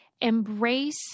embrace